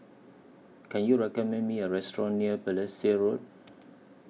Can YOU recommend Me A Restaurant near Balestier Road